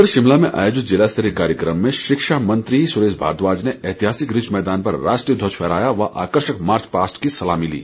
इधर शिमला में आयोजित ज़िला स्तरीय समारोह में शिक्षा मंत्री सुरेश भारद्वाज ने ऐतिहासिक रिज मैदान पर राष्ट्रीय ध्वज फहराया और आकर्षक मार्चपास्ट की सलामी ली